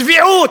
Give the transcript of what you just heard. צביעות,